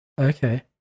okay